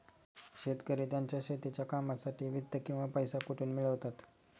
शेतकरी त्यांच्या शेतीच्या कामांसाठी वित्त किंवा पैसा कुठून मिळवतात?